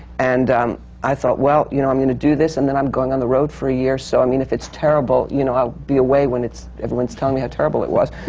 and um i thought, well, you know, i'm going to do this, and then i'm going on the road for a year, so i mean, if it's terrible, you know, i'll be away when everyone's telling me how terrible it was.